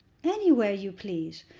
anywhere you please,